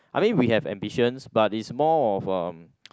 I mean we have ambitions but is more of uh